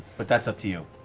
but that's up to you.